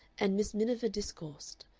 and miss miniver discoursed.